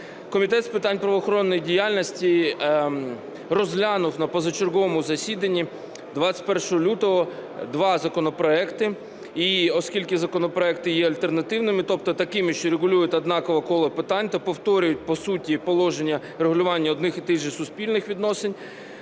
Комітет з питань правоохоронної діяльності розглянув на позачерговому засіданні 21 лютого два законопроекти. І оскільки законопроекти є альтернативними, тобто такими, що регулюють однакове коло питань та повторюють по суті положення регулювання одних і тих же суспільних відносин,